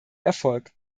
erfolg